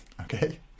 Okay